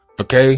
okay